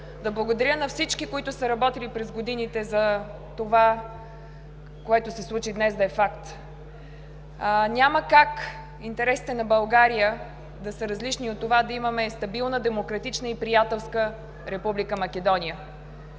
Благодаря на всички, които са работили през годините за това, което се случи днес, да е факт. Няма как интересите на България да са различни от това да имаме стабилна, демократична и приятелска Република Македония.